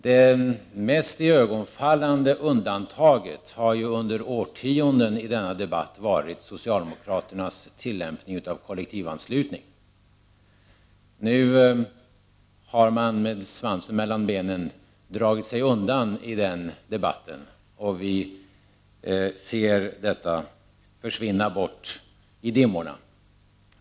Det mest iögonfallande undantaget har under årtionden varit socialdemokraternas tillämpning av kollektivanslutningen. Nu har man med svansen mellan benen dragit sig undan i den debatten, och vi ser den försvinna bort i dimmorna.